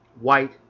white